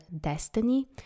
destiny